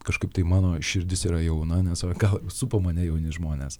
kažkaip tai mano širdis yra jauna nes o gal supo mane jauni žmonės